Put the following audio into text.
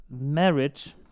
marriage